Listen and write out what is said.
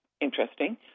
Interesting